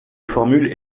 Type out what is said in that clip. formule